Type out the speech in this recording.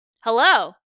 Hello